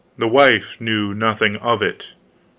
the wife knew nothing of it.